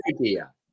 idea